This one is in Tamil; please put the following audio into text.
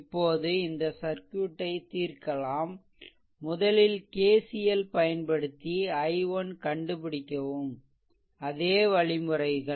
இப்போது இந்த சர்க்யூட்டை தீர்க்கலாம்முதலில் KCL பயன்படுத்தி i1 கண்டுபிடிக்கவும் அதே வழிமுறைகள்